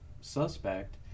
suspect